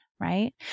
Right